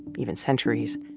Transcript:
even centuries.